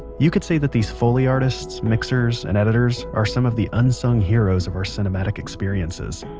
you could say that these foley artists, mixer and editors are some of the unsung heroes of our cinematic experiences